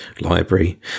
library